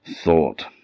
thought